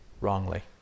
wrongly